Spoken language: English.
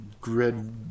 Grid